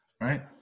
right